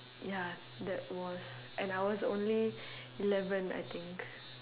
ya that was and I was only eleven I think